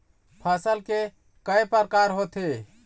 फसल के कय प्रकार होथे?